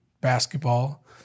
basketball